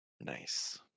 Nice